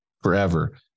forever